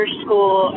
school